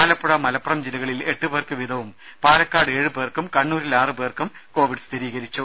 ആലപ്പുഴ മലപ്പുറം ജില്ലകളിൽ എട്ടുപേർക്ക് വീതവും പാലക്കാട് ഏഴുപേർക്കും കണ്ണൂരിൽ ആറുപേർക്കും കോവിഡ് സ്ഥിരീകരിച്ചു